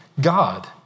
God